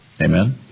Amen